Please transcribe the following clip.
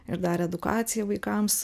ir dar edukaciją vaikams